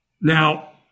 Now